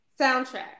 Soundtrack